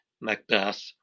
macbeth